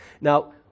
Now